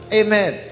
amen